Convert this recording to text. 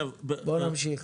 בואו נמשיך.